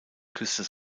küste